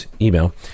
email